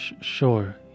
sure